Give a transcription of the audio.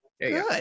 Good